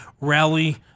rally